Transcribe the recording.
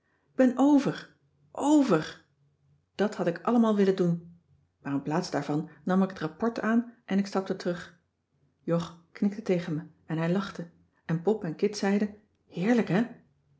ben over over dat had ik allemaal willen doen maar inplaats daarvan nam ik het rapport aan en ik stapte terug jog knikte tegen me en hij lachte en pop en kit zeiden heerlijk